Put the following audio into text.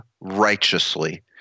righteously